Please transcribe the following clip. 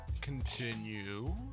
Continue